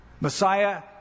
Messiah